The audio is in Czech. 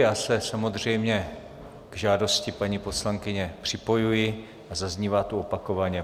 Já se samozřejmě k žádosti paní poslankyně připojuji a zaznívá tu opakovaně.